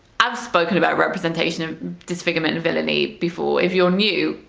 i've spoken about representation of disfigurement and villainy before, if you're new,